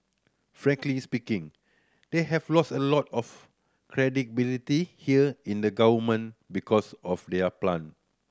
Frank is speaking they have lost a lot of credibility here in the government because of there plant